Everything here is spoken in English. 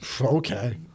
Okay